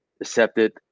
accepted